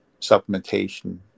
supplementation